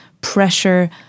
pressure